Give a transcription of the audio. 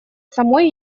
самой